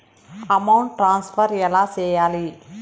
amount transfer ఎలా సేయాలి